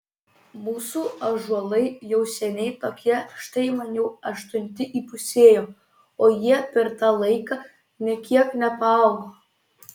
mūsų ąžuolai jau seniai tokie štai man jau aštunti įpusėjo o jie per tą laiką nė kiek nepaaugo